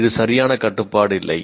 இது சரியான கட்டுப்பாடு இல்லை